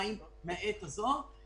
האלה בעת שקידמו את תקנות שעת החירום.